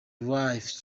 life